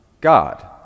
God